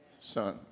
son